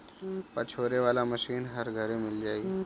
पछोरे वाला मशीन हर घरे मिल जाई